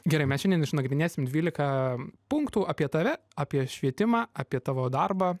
gerai mes šiandien išnagrinėsim dvylika punktų apie tave apie švietimą apie tavo darbą